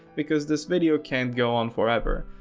because this video can't go on forever.